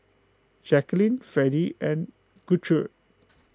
Jacquline Fredy and Gertrude